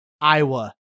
iowa